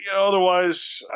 otherwise